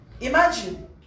Imagine